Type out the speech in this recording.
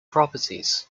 properties